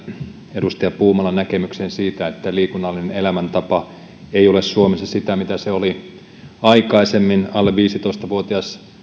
edustaja puumalan näkemykseen siitä että liikunnallinen elämäntapa ei ole suomessa sitä mitä se oli aikaisemmin alle viisitoista vuotias